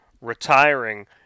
retiring